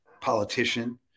politician